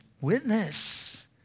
witness